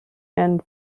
and